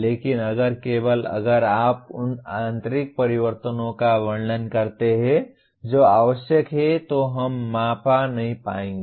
लेकिन अगर केवल अगर आप उन आंतरिक परिवर्तनों का वर्णन करते हैं जो आवश्यक हैं तो हम माप नहीं पाएंगे